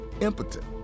impotent